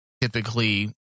typically